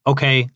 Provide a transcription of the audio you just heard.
Okay